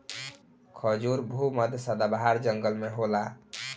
खजूर भू मध्य सदाबाहर जंगल में होला